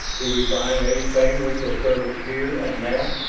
do we find anything which will serve us here and now?